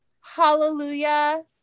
Hallelujah